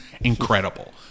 incredible